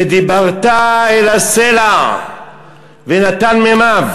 ודיברת אל הסלע ונתן מימיו,